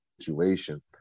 situation